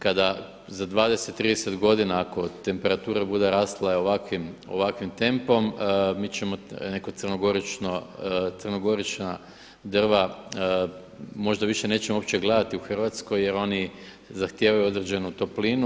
Kada za 20, 30 godina ako temperatura bude rasla ovakvim tempom mi ćemo neka crnogorična drva, možda više nećemo uopće gledati u Hrvatskoj, jer oni zahtijevaju određenu toplinu.